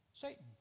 Satan